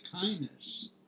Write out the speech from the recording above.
kindness